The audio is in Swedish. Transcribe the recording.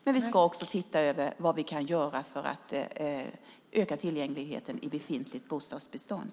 Men vi ska också titta på vad vi kan göra för att öka tillgängligheten i befintligt bostadsbestånd.